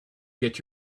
get